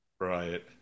right